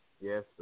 Yes